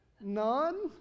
None